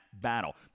battle